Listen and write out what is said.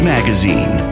Magazine